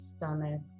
stomach